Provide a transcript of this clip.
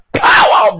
power